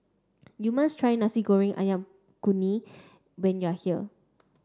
you must try Nasi Goreng Ayam Kunyit when you are here